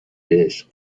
عشق